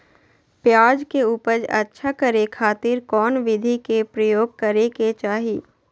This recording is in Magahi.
प्याज के उपज अच्छा करे खातिर कौन विधि के प्रयोग करे के चाही?